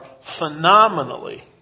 phenomenally